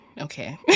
okay